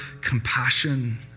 compassion